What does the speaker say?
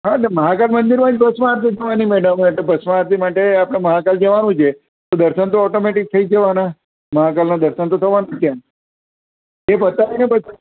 હાં તો મહાકાલ મંદિરમાં જ ભસ્મ આરતી થવાની મેડમ એટલે ભસ્મ આરતી માટે આપણે મહાકાલ જવાનું છે તો દર્શન તો ઓટોમેટિક થઈ જ જવાના મહાકાલના દર્શન તો થવાના ત્યાં તે પતાવીને પછી